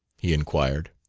he inquired.